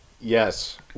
Yes